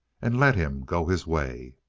and let him go his way.